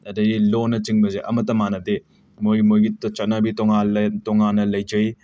ꯑꯗꯒꯤ ꯂꯣꯟꯅ ꯆꯤꯡꯕꯁꯦ ꯑꯃꯠꯇ ꯃꯥꯟꯅꯗꯦ ꯃꯣꯏ ꯃꯣꯏꯒꯤ ꯆꯠꯅꯕꯤ ꯇꯣꯉꯥꯟꯂꯦ ꯇꯣꯉꯥꯟꯅ ꯂꯩꯖꯩ